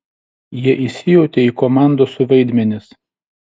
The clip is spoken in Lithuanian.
jie įsijautė į komandosų vaidmenis